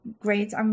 great